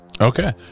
Okay